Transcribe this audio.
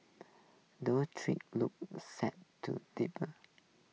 those tree look set to deepen